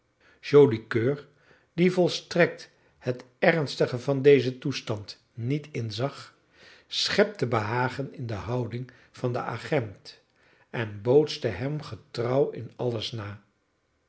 joli coeur die volstrekt het ernstige van dezen toestand niet inzag schepte behagen in de houding van den agent en bootste hem getrouw in alles na